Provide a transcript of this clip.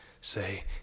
say